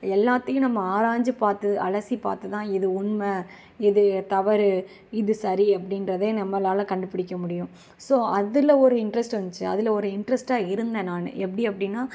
எல்லாத்தையும் நம்ம ஆராய்ஞ்சு பார்த்து அலசிப்பார்த்துதான் இது உண்மை இது தவறு இது சரி அப்படின்றதே நம்மளால் கண்டுபிடிக்க முடியும் ஸோ அதில் ஒரு இண்ட்ரஸ்டு வந்துச்சு அதில் ஒரு இண்ட்ரஸ்ட்டாக இருந்தேன் நான் எப்படி அப்படினா